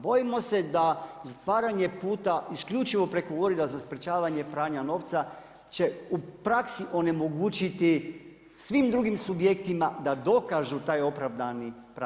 Bojimo se da zatvaranje puta isključivo preko Ureda za sprečavanje pranja novca će u praksi onemogućiti svim drugim subjektima da dokažu taj opravdani pravni interes.